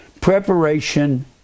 preparation